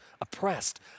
oppressed